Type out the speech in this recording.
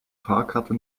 fahrkarte